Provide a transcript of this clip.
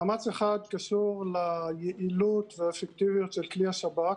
מאמץ אחד קשור ליעילות ואפקטיביות של כלי השב"כ